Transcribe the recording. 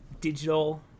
digital